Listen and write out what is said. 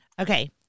Okay